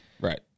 Right